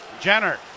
Jenner